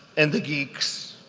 and the geeks